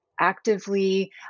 actively